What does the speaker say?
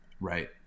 Right